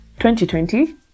2020